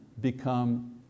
become